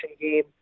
game